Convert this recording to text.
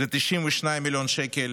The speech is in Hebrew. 92 מיליון שקל,